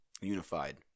unified